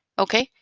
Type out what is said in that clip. okay?